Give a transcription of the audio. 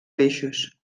peixos